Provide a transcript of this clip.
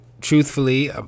truthfully